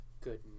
good